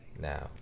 Now